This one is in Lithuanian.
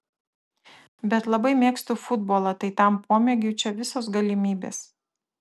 bet labai mėgstu futbolą tai tam pomėgiui čia visos galimybės